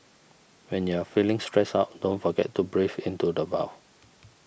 when you are feeling stressed out don't forget to breathe into the void